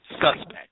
suspect